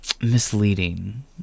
Misleading